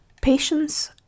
Patience